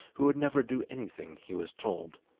who would never do anything he was told.